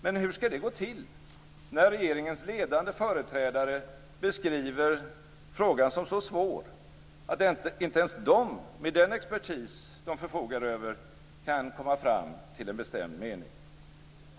Men hur skall det gå till, när regeringens ledande företrädare beskriver frågan som så svår att inte ens de med den expertis de förfogar över kan komma fram till en bestämd mening?